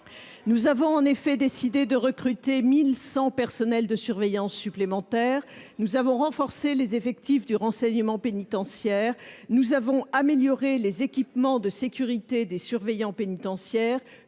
Nous avons en effet décidé de recruter 1 100 personnes supplémentaires chargées de la surveillance. Nous avons renforcé les effectifs du renseignement pénitentiaire. Nous avons amélioré les équipements de sécurité des surveillants pénitentiaires.